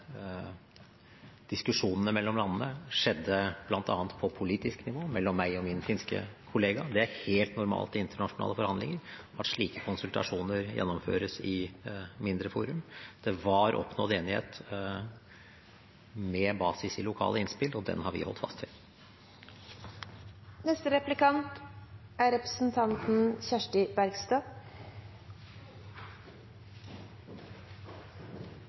diskusjonene mellom landene skjedde bl.a. på politisk nivå, mellom meg og min finske kollega. Det er helt normalt i internasjonale forhandlinger at slike konsultasjoner gjennomføres i mindre forum. Det var oppnådd enighet med basis i lokale innspill, og den har vi holdt fast